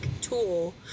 tool